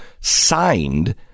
signed